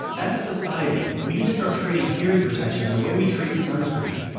as a society, we need to start treating hearing protection the way we treat sunscreen.